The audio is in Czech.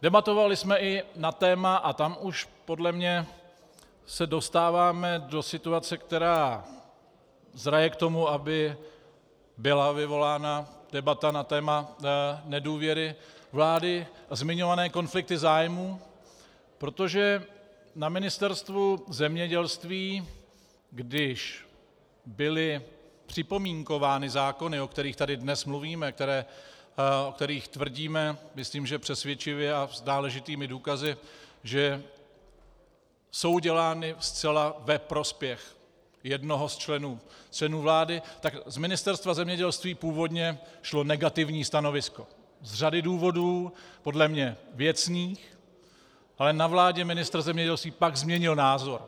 Debatovali jsme i na téma, a tam už podle mě se dostáváme do situace, která zraje k tomu, aby byla vyvolána debata na téma nedůvěry vládě, zmiňované konflikty zájmů, protože na Ministerstvu zemědělství, když byly připomínkovány zákony, o kterých tady dnes mluvíme, o kterých tvrdíme, myslím, že přesvědčivě a s náležitými důkazy, že jsou dělány zcela ve prospěch jednoho z členů vlády, tak z Ministerstva zemědělství původně šlo negativní stanovisko z řady důvodů, podle mě věcných, ale na vládě ministr zemědělství pak změnil názor.